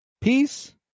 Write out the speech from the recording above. peace